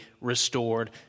restored